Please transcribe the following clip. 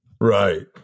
Right